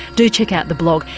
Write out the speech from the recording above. do check out the blog,